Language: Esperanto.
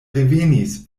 revenis